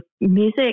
Music